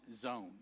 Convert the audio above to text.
zone